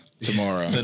tomorrow